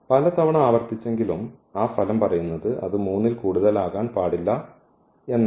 പലതവണ ആവർത്തിച്ചെങ്കിലും ആ ഫലം പറയുന്നത് അത് 3 ൽ കൂടുതലാകാൻ പാടില്ല എന്നാണ്